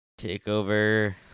Takeover